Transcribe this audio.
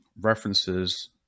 references